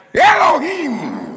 Elohim